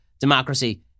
Democracy